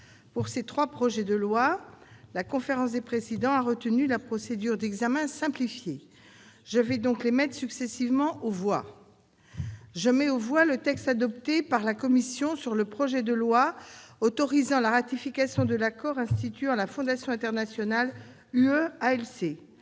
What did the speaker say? Pour ces trois projets de loi, la conférence des présidents a retenu la procédure d'examen simplifié. Je vais donc les mettre successivement aux voix. Je mets aux voix le texte adopté par la commission sur le projet de loi autorisant la ratification de l'accord instituant la Fondation internationale UE-ALC